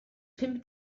pum